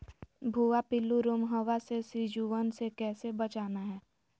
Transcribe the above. भुवा पिल्लु, रोमहवा से सिजुवन के कैसे बचाना है?